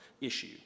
issue